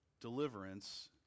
Deliverance